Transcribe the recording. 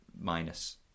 minus